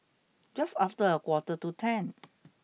just after a quarter to ten